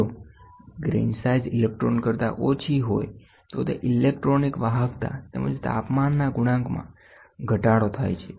જો grain size electron કરતા ઓછી હોય તો તે ઇલેક્ટ્રોનિક વાહકતા તેમજ તાપમાનના ગુણાંકમાં ઘટાડો થાય છે